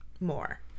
more